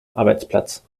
arbeitsplatz